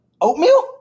oatmeal